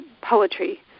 poetry